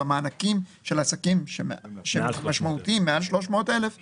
במענקים של עסקים משמעותיים עם מעל 300 אלף שקלים,